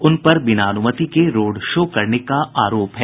उनपर बिना अनुमति के रोड शो करने का आरोप है